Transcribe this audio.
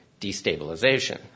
destabilization